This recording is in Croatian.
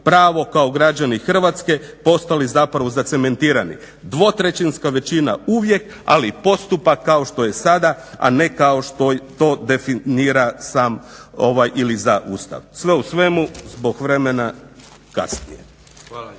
pravo kao građani Hrvatske postali zapravo zacementirani. 2/3-ska većina uvijek, ali postupak kao što je sada a ne kao što to definira sam ili za Ustav. Sve u svemu, zbog vremena kasnije.